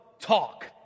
talk